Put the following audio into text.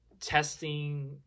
testing